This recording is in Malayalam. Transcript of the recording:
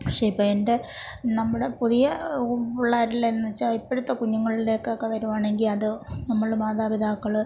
പക്ഷേ ഇപ്പം എൻ്റെ നമ്മുടെ പുതിയ പിള്ളേർ എല്ലാം എന്നുവെച്ചാൽ ഇപ്പോഴത്തെ കുഞ്ഞുങ്ങളുടെ ഒക്കെ വരുവാണെങ്കിൽ അത് നമ്മൾ മാതാപിതാക്കൾ